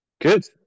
Good